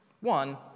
One